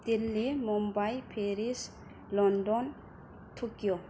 Delhi Mumbai Paris London Tokyo